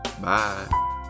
Bye